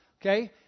Okay